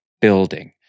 building